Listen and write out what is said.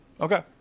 Okay